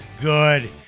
good